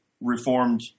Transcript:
reformed